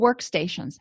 workstations